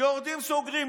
יורדים, סוגרים.